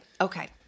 Okay